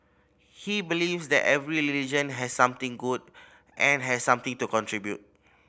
he believes that every religion has something good and has something to contribute